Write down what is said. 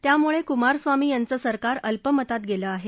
त्यामुळे कुमारस्वामी यांचं सरकार अल्पमतात गेलं आहे